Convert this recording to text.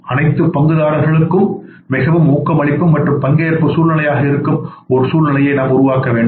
அனைத்து பங்குதாரர்களுக்கும் மிகவும் ஊக்கமளிக்கும் மற்றும் பங்கேற்பு சூழ்நிலையாக இருக்கும் ஒரு சூழ்நிலையை நாம் உருவாக்க வேண்டும்